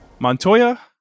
Montoya